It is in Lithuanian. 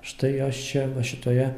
štai jos čia va šitoje